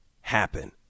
happen